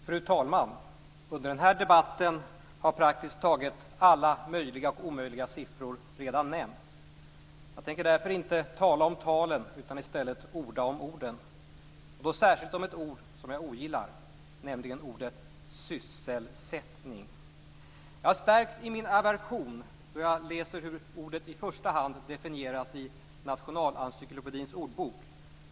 Fru talman! Under den här debatten har praktiskt taget alla möjliga och omöjliga siffror redan nämnts. Därför skall jag inte tala om talen, utan i stället orda om orden, och då särskilt om ett ord jag ogillar, nämligen ordet s-y-s-s-e-l-s-ä-t-t-n-i-n-g. Jag stärks i min aversion av hur ordet i första hand definieras i Nationalencyklopedins ordbok.